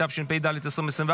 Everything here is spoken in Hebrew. התשפ"ד 2024,